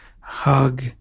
hug